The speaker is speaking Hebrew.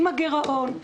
עם הגירעון,